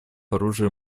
оружия